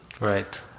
right